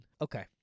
Okay